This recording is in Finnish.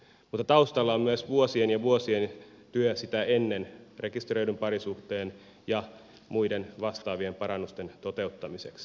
mutta taustalla on myös vuosien ja vuosien työ sitä ennen rekisteröidyn parisuhteen ja muiden vastaavien parannusten toteuttamiseksi